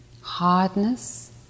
hardness